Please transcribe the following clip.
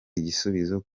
igisubizo